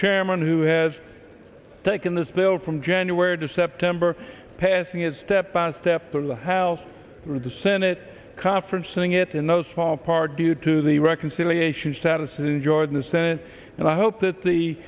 chairman who has taken this bill from january to september passing it step by step through the house through the senate conference setting it in no small part due to the reconciliation status in jordan the senate and i hope that the